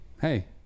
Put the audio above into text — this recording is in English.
Hey